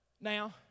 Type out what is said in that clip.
now